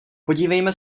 podívejme